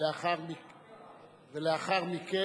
לאחר מכן,